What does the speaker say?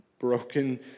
broken